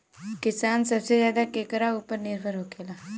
किसान सबसे ज्यादा केकरा ऊपर निर्भर होखेला?